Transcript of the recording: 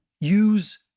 use